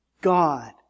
God